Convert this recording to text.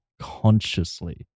consciously